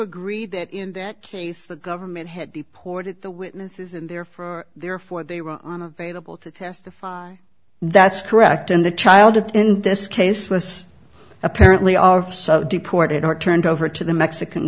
agree that in that case the government had deported the witnesses in there for therefore they were able to testify that's correct and the child in this case was apparently are deported or turned over to the mexican